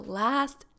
last